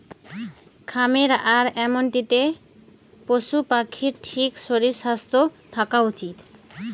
খামারে আর এমনিতে পশু পাখির ঠিক শরীর স্বাস্থ্য থাকা উচিত